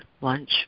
lunch